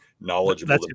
knowledgeable